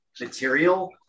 material